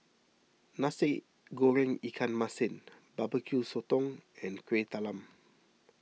Nasi Goreng Ikan Masin Barbeque Sotong and Kueh Talam